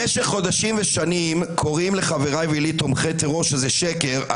במשך חודשים ושנים קוראים לחבריי ולי תומכי טרור שזה שקר.